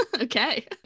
Okay